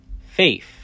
faith